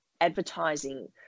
advertising